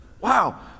Wow